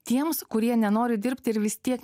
tiems kurie nenori dirbti ir vis tiek